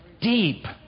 deep